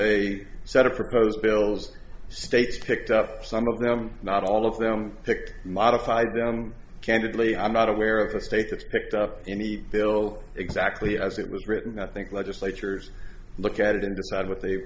a set of proposed bills states picked up some of them not all of them picked modified candidly i i'm not aware of a state that's picked up any bill exactly as it was written i think legislatures look at it and decide what they